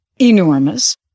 enormous